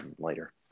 later